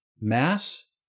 Mass